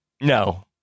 No